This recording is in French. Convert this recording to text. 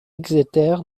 exeter